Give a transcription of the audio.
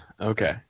Okay